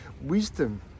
Wisdom